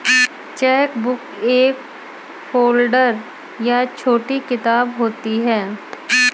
chequebook एक folder या छोटी किताब होती है